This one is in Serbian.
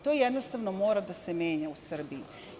To, jednostavno, mora da se menja u Srbiji.